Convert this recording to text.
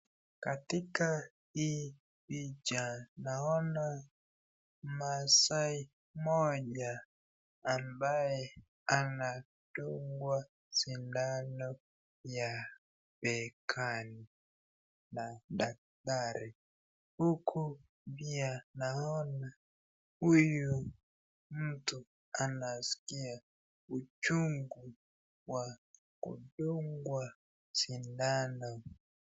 Katika hii picha naona masaai moja ambaye anadungwa sindano ya begani na daktari huku pia naona huyu mtu anasikia uchungu wa kudungwa sindano.